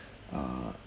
uh